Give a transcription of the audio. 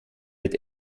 mit